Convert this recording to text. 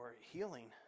healing